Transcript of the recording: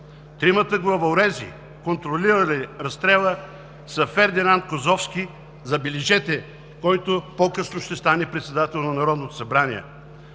Тримата главорези, контролирали разстрела, са Фердинанд Козовски – забележете, който по-късно ще стане председател на Народното събрание,